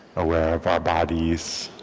aware of our bodies,